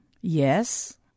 Yes